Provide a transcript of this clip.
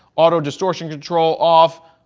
auto distortion control off.